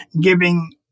giving